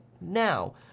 now